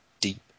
Deep